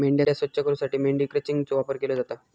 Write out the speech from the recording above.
मेंढ्या स्वच्छ करूसाठी मेंढी क्रचिंगचो वापर केलो जाता